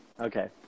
Okay